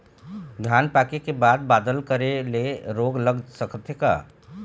धान पाके के बाद बादल करे ले रोग लग सकथे का?